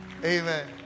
amen